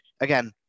again